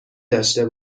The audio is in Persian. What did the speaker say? داشته